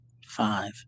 five